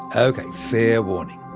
ok fair warning.